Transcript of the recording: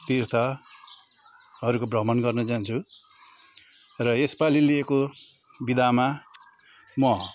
तीर्थहरूको भ्रमण गर्न जान्छु र यसपालि लिएको बिदामा म